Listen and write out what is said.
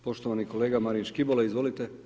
Poštovani kolega Marin Škibola izvolite.